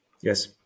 Yes